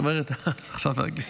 דן אילוז (הליכוד): עכשיו באנגלית.